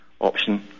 option